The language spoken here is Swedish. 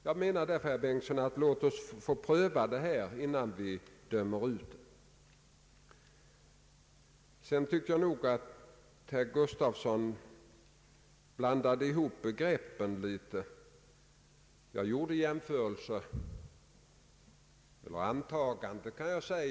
Låt oss därför, herr Bengtson, pröva denna väg, innan vi dömer ut förslaget om lokaliseringsrådgivning! Jag tycker att herr Gustafsson en smula blandat ihop begreppen i detta sammanhang.